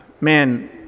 man